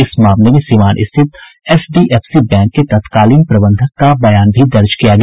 इस मामले में सीवान स्थित एचडीएफसी बैंक के तत्कालीन प्रबंधक का बयान भी दर्ज किया गया